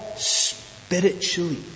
spiritually